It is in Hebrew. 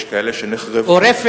אני יכול לתת לך, או רפת?